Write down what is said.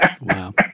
Wow